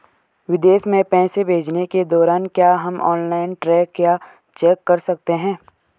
विदेश में पैसे भेजने के दौरान क्या हम ऑनलाइन ट्रैक या चेक कर सकते हैं?